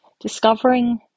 discovering